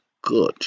good